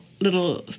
little